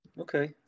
Okay